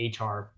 HR